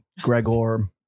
Gregor